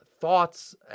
thoughts